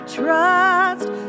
trust